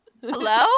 hello